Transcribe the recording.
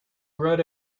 write